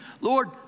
Lord